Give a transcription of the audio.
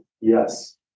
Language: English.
Yes